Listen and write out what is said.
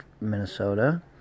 minnesota